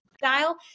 style